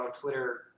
Twitter